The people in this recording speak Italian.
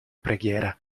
preghiera